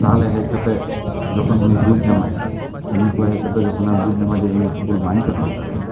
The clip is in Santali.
ᱛᱟᱦᱚᱞᱟ ᱦᱮᱡ ᱠᱟᱛᱮ ᱡᱚᱠᱷᱚᱱ ᱩᱱᱤᱭ ᱵᱩᱡᱽ ᱧᱟᱢᱟ ᱠᱟᱹᱢᱤ ᱠᱷᱚᱡ ᱠᱟᱛᱮ ᱡᱚᱠᱷᱚᱱᱮ ᱵᱩᱡᱽ ᱧᱟᱢᱟ ᱡᱮ ᱤᱧ ᱤᱥᱠᱩᱞ ᱵᱟᱹᱧᱪᱟᱞᱟᱣ ᱟᱠᱟᱱᱟ